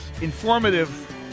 informative